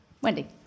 Wendy